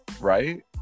Right